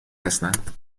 هستند